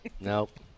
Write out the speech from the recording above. Nope